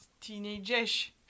teenage-ish